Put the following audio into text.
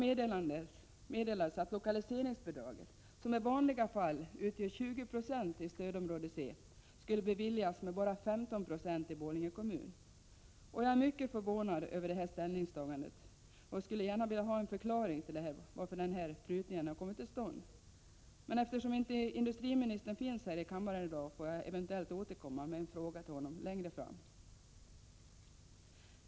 I detta meddelades att lokaliseringsbidraget, som i vanliga fall utgör 20 96 i stödområde C, skulle beviljas med bara 15 96 i Borlänge kommun. Jag är mycket förvånad över detta ställningstagande och skulle gärna vilja ha en förklaring till varför denna prutning kommit till stånd. Eftersom industriministern inte finns här i kammaren i dag, får jag eventuellt återkomma med en fråga till honom längre fram.